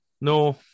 No